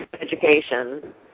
education